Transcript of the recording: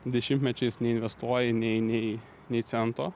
dešimtmečiais neinvestuoji nei nei nei cento